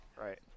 Right